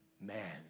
man